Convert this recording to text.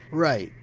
right.